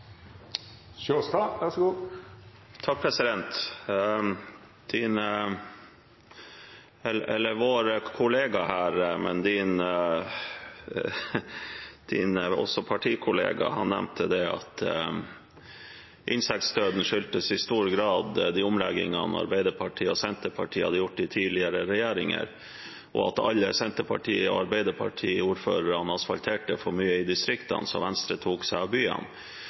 Vår kollega her, statsrådens partikollega, nevnte at insektdøden i stor grad skyldtes de omleggingene Arbeiderpartiet og Senterpartiet hadde gjort i tidligere regjeringer, og at alle Senterparti- og Arbeiderparti-ordførerne asfalterte for mye i distriktene, så Venstre tok seg av byene.